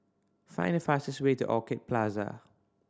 find the fastest way to Orchid Plaza